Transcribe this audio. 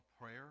prayer